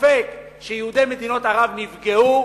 ספק שיהודי מדינות ערב נפגעו?